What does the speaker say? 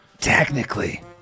technically